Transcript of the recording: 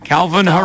Calvin